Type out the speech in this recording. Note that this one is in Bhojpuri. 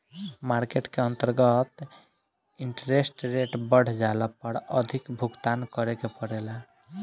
मार्केट के अंतर्गत इंटरेस्ट रेट बढ़ जाला पर अधिक भुगतान करे के पड़ेला